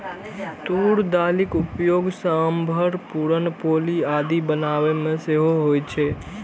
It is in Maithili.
तूर दालिक उपयोग सांभर, पुरन पोली आदि बनाबै मे सेहो होइ छै